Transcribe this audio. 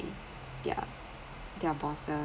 their their bosses